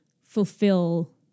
fulfill